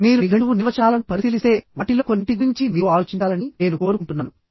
మీరు నిఘంటువు నిర్వచనాలను పరిశీలిస్తే వాటిలో కొన్నింటి గురించి మీరు ఆలోచించాలని నేను కోరుకుంటున్నాను